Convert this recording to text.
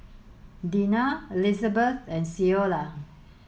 Dina Elizabeth and Ceola